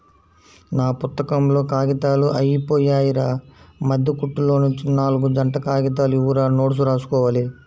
నా పుత్తకంలో కాగితాలు అయ్యిపొయ్యాయిరా, మద్దె కుట్టులోనుంచి నాల్గు జంట కాగితాలు ఇవ్వురా నోట్సు రాసుకోవాలి